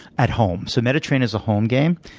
at home. so meta train is a home game.